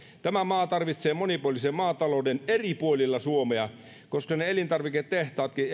tämä maa tarvitsee monipuolisen maatalouden eri puolilla suomea koska ne elintarviketehtaatkin